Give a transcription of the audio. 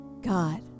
God